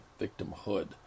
victimhood